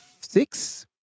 six